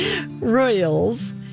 royals